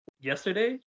yesterday